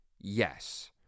yes